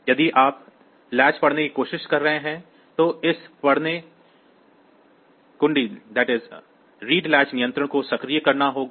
यदि आप लैच पढ़ने की कोशिश कर रहे हैं तो इस पढ़ने लैच नियंत्रण को सक्रिय करना होगा